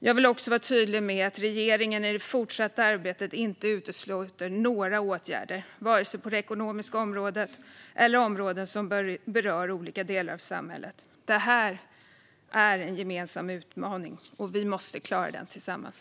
Jag vill också vara tydlig med att regeringen i det fortsatta arbetet inte utesluter några åtgärder vare sig på det ekonomiska området eller på andra områden som berör olika delar av samhället. Det här är en gemensam utmaning, och vi måste klara den tillsammans.